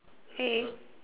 hey